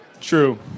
True